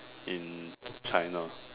in China